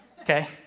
Okay